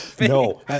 No